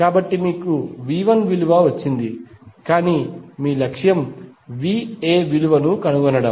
కాబట్టి మీకు V 1 విలువ వచ్చింది కానీ మీ లక్ష్యం V A విలువను కనుగొనడం